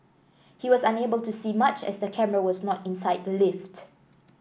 he was unable to see much as the camera was not inside the lift